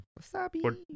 Wasabi